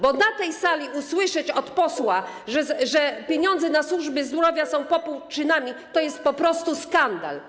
Bo na tej sali usłyszeć od posła, że pieniądze na służbę zdrowia są popłuczynami, to jest po prostu skandal.